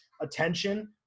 attention